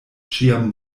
ĉiam